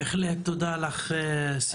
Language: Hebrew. בהחלט, תודה רבה לך סיגל.